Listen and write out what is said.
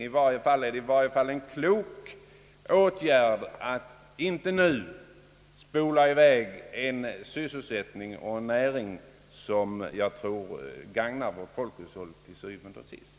I varje fall är det en klok åtgärd att inte nu spola i väg en sysselsättning och en näring som jag anser gagnar vårt folkhushåll til syvende og sidst.